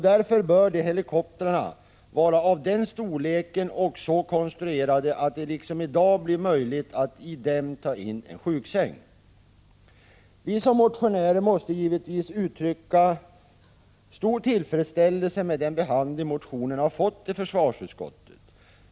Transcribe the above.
Därför bör helikoptrarna vara av den storleken och så konstruerade att det liksom i dag blir möjligt att i dem ta in en sjuksäng. Vi som motionärer måste givetvis uttrycka stor tillfredsställelse med den behandling motionerna har fått i försvarsutskottet.